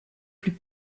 plus